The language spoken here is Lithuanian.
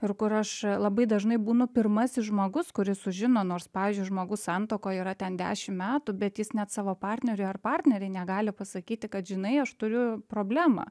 ir kur aš labai dažnai būnu pirmasis žmogus kuris sužino nors pavyzdžiui žmogus santuokoje yra ten dešim metų bet jis net savo partneriui ar partnerei negali pasakyti kad žinai aš turiu problemą